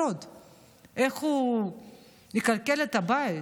איך הוא יכלכל את הבית?